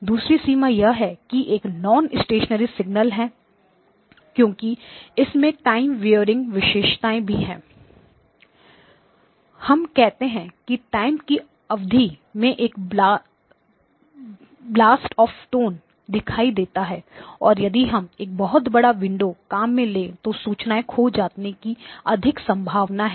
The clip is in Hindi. दूसरी सीमा यह है कि यह एक नॉनस्टेशनरी सिग्नल है क्योंकि इसमें टाइम बेरिंग विशेषताएं भी है हम कहते हैं कि टाइम की अवधि में एक बर्स्ट ऑफ़ टोन दिखाई देता है और यदि हम एक बहुत बड़ा विंडो काम में ले तो सूचनाएं खो जाने की अधिक संभावना है